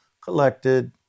collected